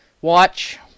watch